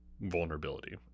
vulnerability